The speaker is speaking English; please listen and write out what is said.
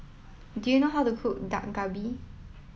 do you know how to cook Dak Galbi